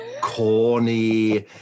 corny